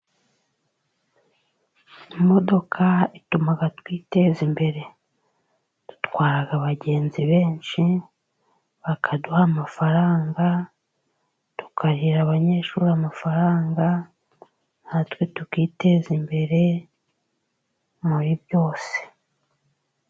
Imodoka ituma twiteza imbere, dutwara abagenzi benshi bakaduha amafaranga, tukarihirira abanyeshuri amafaranga, natwe tukiteza imbere muri byose.